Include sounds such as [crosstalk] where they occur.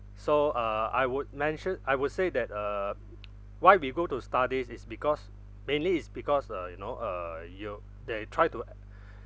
so uh I would mention I would say that uh [noise] why we go to studies is because mainly is because uh you know uh you they try to [noise] [breath]